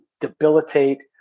debilitate